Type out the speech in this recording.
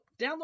download